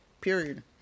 period